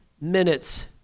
minutes